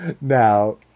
now